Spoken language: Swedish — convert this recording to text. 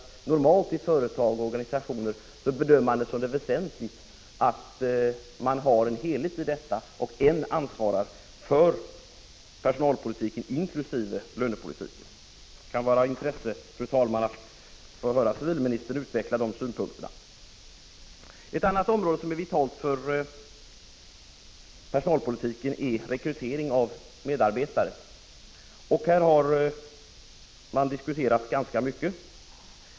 Normalt bedömer man det, i företag och organisationer, som väsentligt att ha en helhet när det gäller dessa frågor och en som svarar för personalpolitiken, inkl. lönepolitiken. Det kan vara av intresse, fru talman, att höra civilministern utveckla sina synpunkter därvidlag. Ett annat område som är vitalt för personalpolitiken är rekryteringen av medarbetare. Här har man diskuterat ganska mycket.